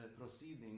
proceeding